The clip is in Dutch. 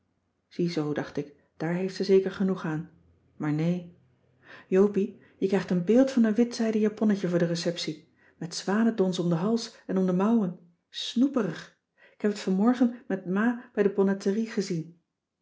ziezoo dacht ik daar heeft ze zeker genoeg aan maar nee jopie je krijgt een beeld van een wit zijden japonnetje voor de receptie met zwanedons om den hals en om de mouwen snoeperig k heb het vanmorgen met ma bij de bonnetterie gezien